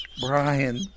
Brian